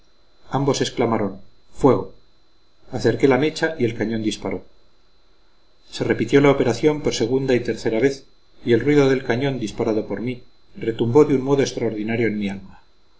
ambos exclamaron fuego acerqué la mecha y el cañón disparó se repitió la operación por segunda y tercera vez y el ruido del cañón disparado por mí retumbó de un modo extraordinario en mi alma